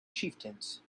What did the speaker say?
chieftains